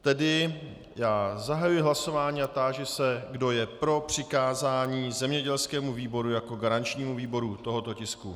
Tedy zahajuji hlasování a táži se, kdo je pro přikázání zemědělskému výboru jako garančnímu výboru u tohoto tisku.